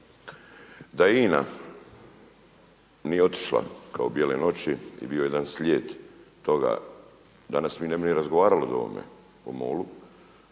Da INA nije otišla kao bijele noći i bio jedan slijed toga danas mi ne bi ni razgovarali o ovome, o